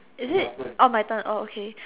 is it oh my turn oh okay